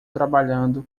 trabalhando